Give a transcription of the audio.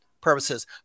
purposes